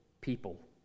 people